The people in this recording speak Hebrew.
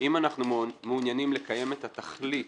אם אנחנו מעוניינים לקיים את התכלית